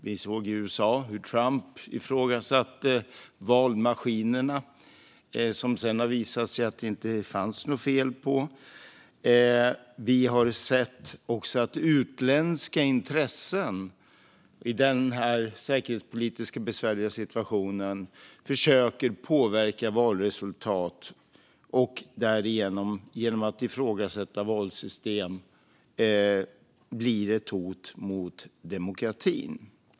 Vi såg i USA hur Trump ifrågasatte valmaskinerna, som det sedan har visat sig att det inte fanns något fel på. Vi har också sett att utländska intressen i denna säkerhetspolitiskt besvärliga situation försöker påverka valresultat. Genom att ifrågasätta valsystem blir de ett hot mot demokratin.